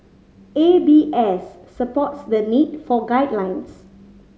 A B S supports the need for guidelines